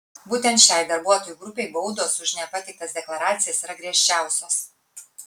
būtent šiai darbuotojų grupei baudos už nepateiktas deklaracijas yra griežčiausios